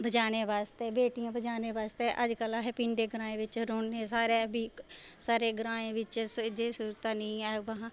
बचाने वास्तै बेटियां बचाने वास्तै अज्जकल अस पिण्डे ग्राएं बिच रौह्ने सारा कुछ साढ़े ग्राएं बिच जो स्हूलतां नेईं न